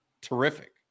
Terrific